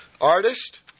artist